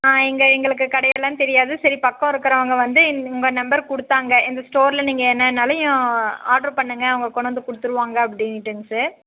ஆ இங்கே எங்களுக்கு கடை எல்லாம் தெரியாது சரி பக்கம் இருக்கிறவங்க வந்து உங்கள் நம்பர் கொடுத்தாங்க இந்த ஸ்டோரில் நீங்கள் என்னன்னாலும் ஆர்ட்ரு பண்ணுங்க அவங்க கொண்டு வந்து கொடுத்துருவாங்க அப்படினுண்டுங்க சார்